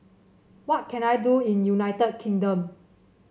what can I do in United Kingdom